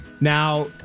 now